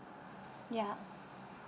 ya